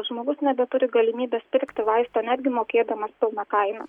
žmogus nebeturi galimybės pirkti vaisto netgi mokėdamas pilną kainą